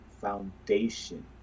Foundation